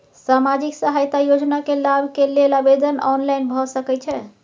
सामाजिक सहायता योजना के लाभ के लेल आवेदन ऑनलाइन भ सकै छै?